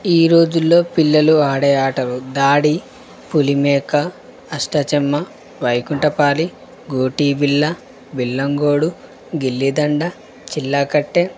ఈ రోజుల్లో పిల్లలు ఆడే ఆటలు దాడి పులిమేక అష్టాచమ్మా వైకుంటపాలి గూటి బిళ్ళ బిళ్ళంగోడు గిళ్ళీ దండ చిళ్ళాకట్టే